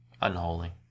unholy